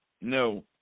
No